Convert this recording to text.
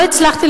לא הצלחתי,